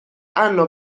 hanno